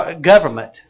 government